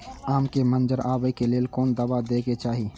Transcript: आम के मंजर आबे के लेल कोन दवा दे के चाही?